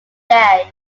day